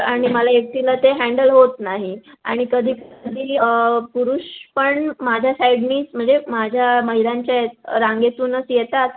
आणि मला एकटीला ते हँडल होत नाही आणि कधी कधी पुरुष पण माझ्या साईडनी म्हणजे माझ्या महिलांच्या रांगेतूनच येतात